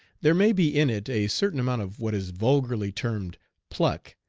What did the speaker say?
there may be in it a certain amount of what is vulgarly termed pluck,